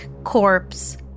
corpse